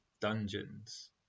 dungeons